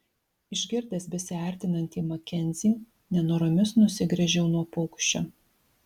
išgirdęs besiartinantį makenzį nenoromis nusigręžiau nuo paukščio